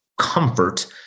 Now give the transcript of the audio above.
comfort